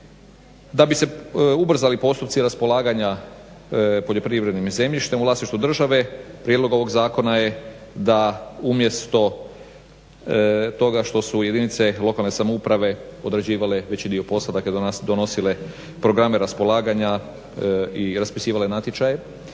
Da bi se ubrzali postupci raspolaganja poljoprivrednim zemljištem u vlasništvu države prijedlog ovog zakona je da umjesto toga što su jedinice lokalne samouprave odrađivale veći dio posla, dakle donosile programe raspolaganja i raspisivale natječaje.